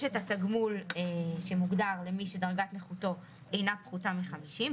יש את התגמול שמוגדר למי שדרגת נכותו אינה פחותה מ-50%,